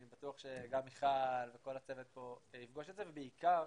אני בטוח שגם מיכל וכל הצוות פה יפגוש את זה ובעיקר